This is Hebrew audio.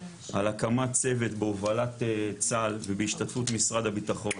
על הקמת צוות בהובלת צה"ל ובהשתתפות משרד הביטחון,